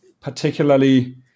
particularly